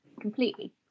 completely